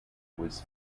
was